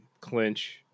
clinch